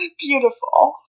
Beautiful